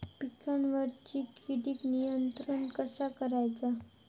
पिकावरची किडीक नियंत्रण कसा करायचा?